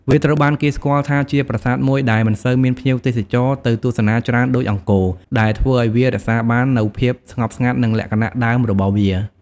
វាត្រូវបានគេស្គាល់ថាជាប្រាសាទមួយដែលមិនសូវមានភ្ញៀវទេសចរទៅទស្សនាច្រើនដូចអង្គរ ដែលធ្វើឲ្យវារក្សាបាននូវភាពស្ងប់ស្ងាត់ និងលក្ខណៈដើមរបស់វា។